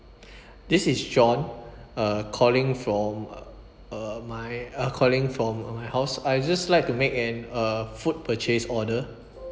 this is john uh calling from uh uh my uh calling from uh my house I'd just like to make an uh food purchase order